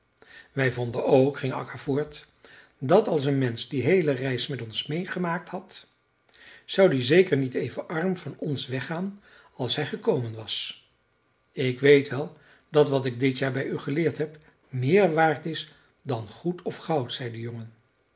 wij vonden ook ging akka voort dat als een mensch die heele reis met ons meêgemaakt had zou die zeker niet even arm van ons weggaan als hij gekomen was ik weet wel dat wat ik dit jaar bij u geleerd heb meer waard is dan goed of goud zei de jongen